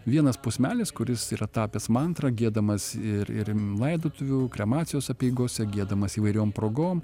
vienas posmelis kuris yra tapęs mantra giedamas ir ir laidotuvių kremacijos apeigose giedamas įvairiom progom